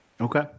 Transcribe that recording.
Okay